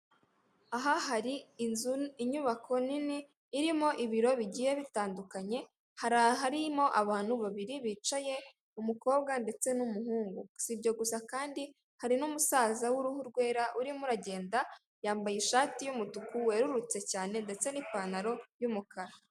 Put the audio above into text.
Aha hari inzu inyubako nini irimo ibiro bigiye bitandukanye, hari aharimo abantu babiri bicaye umukobwa ndetse n'umuhungu. Si ibyo gusa kandi, harimo n'umusaza w'uruhu rwera urimo uragenda, yambaye ishati y'umutuku werurutse cyane ndetse n'ipantaro y'umukara.